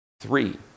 three